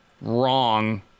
wrong